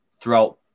throughout